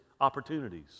opportunities